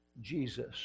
Jesus